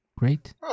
Great